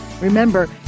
Remember